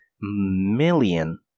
million